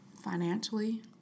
financially